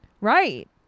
Right